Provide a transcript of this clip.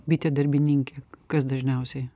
bitė darbininkė kas dažniausiai